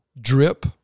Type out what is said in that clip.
drip